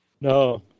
No